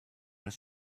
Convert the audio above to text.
was